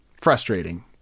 frustrating